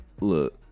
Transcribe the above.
Look